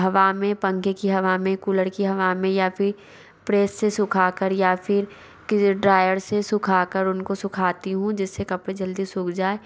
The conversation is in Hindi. हवा में पंखे की हवा में कूलर की हवा में या फिर प्रेस से सूखा कर या फिर किसी ड्राइअर से सुखाकर उनको सुखाती हूँ जिससे कपड़े जल्दी सूख जाए